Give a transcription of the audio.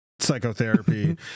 psychotherapy